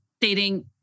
stating